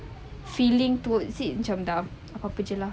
feeling towards it macam dah apa-apa jer lah